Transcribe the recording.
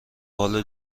حالو